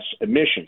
emissions